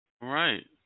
Right